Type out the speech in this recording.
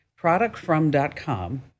productfrom.com